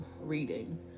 reading